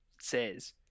says